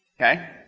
Okay